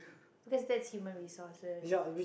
cause that's human resource